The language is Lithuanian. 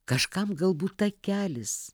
kažkam galbūt takelis